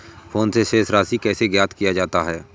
Phone से शेष राशि कैसे ज्ञात किया जाता है?